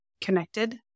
connected